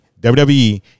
wwe